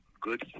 good